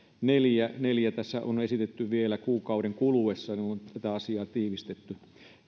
neljä neljä on esitetty vielä että se olisi kuukauden kuluessa ja on tätä asiaa tiivistetty